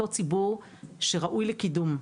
אותו ציבור שראוי לקידום,